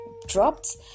dropped